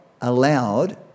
allowed